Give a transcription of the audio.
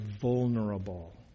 vulnerable